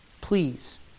Please